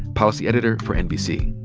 policy editor for nbc.